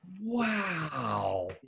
Wow